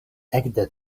ekde